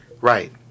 Right